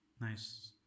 Nice